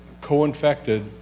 co-infected